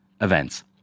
events